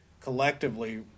collectively